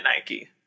Nike